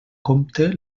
compte